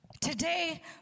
Today